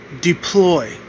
deploy